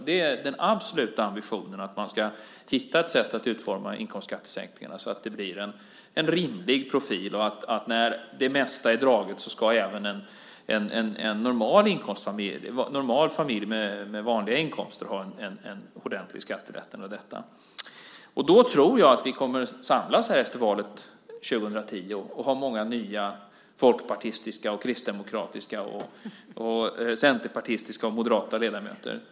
Det är den absoluta ambitionen att man ska hitta ett sätt att utforma inkomstskattesänkningarna så att det blir en rimlig profil, så att när det mesta är draget ska även en normal familj med vanliga inkomster ha en ordentlig skattelättnad i och med detta. Då tror jag att vi kommer att samlas här efter valet 2010 och ha många nya folkpartistiska, kristdemokratiska, centerpartistiska och moderata ledamöter.